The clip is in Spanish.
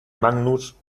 magnus